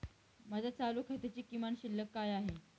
माझ्या चालू खात्याची किमान शिल्लक काय आहे?